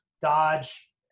dodge